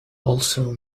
also